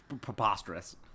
preposterous